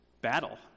battle